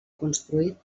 construït